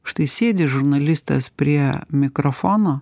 štai sėdi žurnalistas prie mikrofono